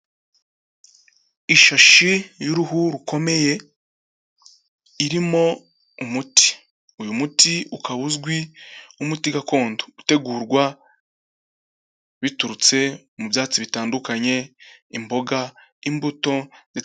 Ishashi y'uruhu rukomeye irimo umuti, uyu muti ukaba uzwi nk'umuti gakondo utegurwa biturutse mu byatsi bitandukanye, imboga, imbuto.